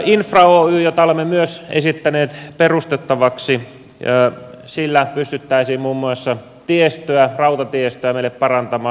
infra oyllä jota olemme myös esittäneet perustettavaksi pystyttäisiin muun muassa tiestöä rautatiestöä meille parantamaan